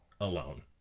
alone